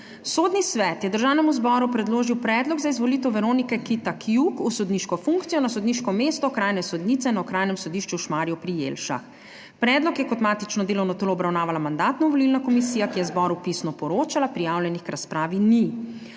Sodni svet je Državnemu zboru predložil predlog za izvolitev Nine Jelenčić v sodniško funkcijo na sodniško mesto okrajne sodnice na Okrajnem sodišču v Žalcu. Predlog je kot matično delovno telo obravnavala Mandatno-volilna komisija, ki je zboru pisno poročala. Prijavljenih k razpravi ni.